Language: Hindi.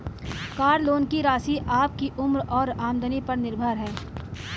कार लोन की राशि आपकी उम्र और आमदनी पर निर्भर है